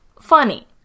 funny